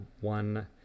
one